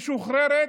משוחררת,